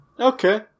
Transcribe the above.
Okay